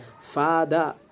Father